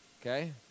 Okay